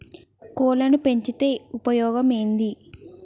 కోళ్లని పెంచితే ఉపయోగం ఏంది?